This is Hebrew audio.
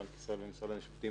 בנק ישראל ומשרד המשפטים,